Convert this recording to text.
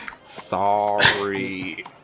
Sorry